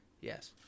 Yes